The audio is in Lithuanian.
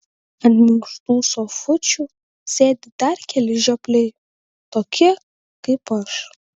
ant minkštų sofučių sėdi dar keli žiopliai tokie kaip aš